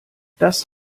das